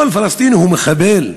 כל פלסטיני הוא מחבל?